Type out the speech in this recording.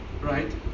right